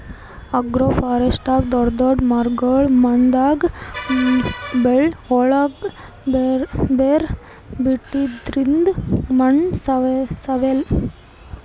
ಅಗ್ರೋಫಾರೆಸ್ಟ್ರಿದಾಗ್ ದೊಡ್ಡ್ ದೊಡ್ಡ್ ಮರಗೊಳ್ ಮಣ್ಣಾಗ್ ಭಾಳ್ ಒಳ್ಗ್ ಬೇರ್ ಬಿಡದ್ರಿಂದ್ ಮಣ್ಣ್ ಸವೆಲ್ಲಾ